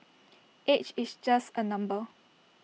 age is just A number